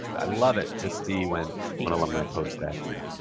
i love it to see when when alumni post that here.